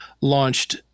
launched